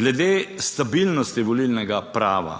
Glede stabilnosti volilnega prava.